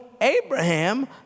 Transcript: Abraham